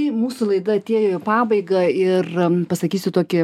mūsų laida atėjo į pabaigą ir pasakysiu tokį